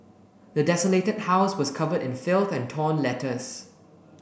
the desolated house was covered in filth and torn letters